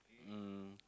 um